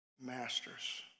masters